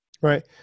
Right